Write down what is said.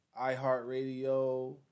iHeartRadio